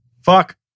Fuck